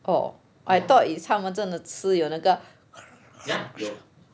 orh I thought it's how 真的吃有那个